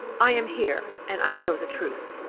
i am here, and i know the truth.